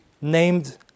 named